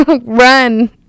run